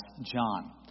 John